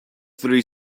three